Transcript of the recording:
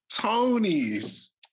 Tony's